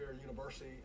university